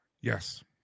Yes